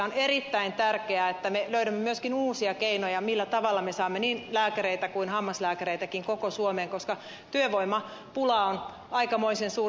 on erittäin tärkeää että me löydämme myöskin uusia keinoja millä tavalla me saamme niin lääkäreitä kuin hammaslääkäreitäkin koko suomeen koska työvoimapula on aikamoisen suuri